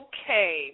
Okay